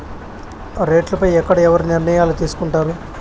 రేట్లు పై ఎక్కడ ఎవరు నిర్ణయాలు తీసుకొంటారు?